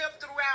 throughout